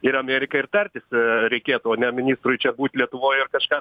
ir ameriką ir tartis reikėtų o ne ministrui čia būt lietuvoj ir kažką tai